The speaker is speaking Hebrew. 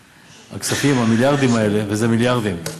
שהכספים, המיליארדים האלה, וזה מיליארדים,